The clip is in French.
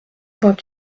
vingt